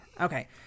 okay